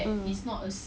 mm